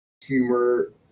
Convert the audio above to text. humor